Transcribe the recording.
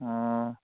ꯑꯣ